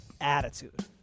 attitude